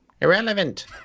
irrelevant